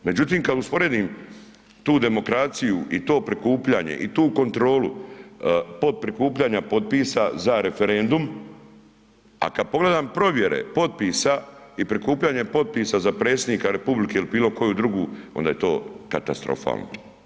Međutim kad usporedim tu demokraciju i to prikupljanje i tu kontrolu podprikupljanja potpisa za referendum a kad pogledam provjere potpisa i prikupljanje potpisa za predsjednika Republike ili bilo koju drugu onda je to katastrofalno.